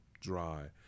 dry